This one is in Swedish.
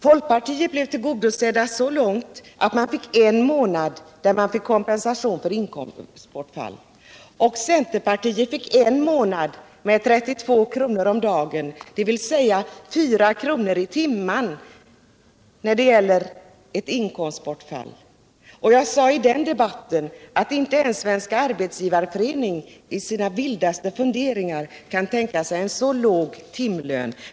Folkpartiet blev tillgodosett så långt att man fick en månad med kompensation för inkomstbortfallet. Centerpartiet fick en månad med 32 kr. om dagen, dvs. 4 kr. i timmen när det gäller ett inkomstbortfall. Jag sade i den debatten att inte ens Svenska arbetsgivareföreningen i sina vildaste funderingar kan tänka sig en så låg timlön.